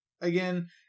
Again